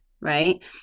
right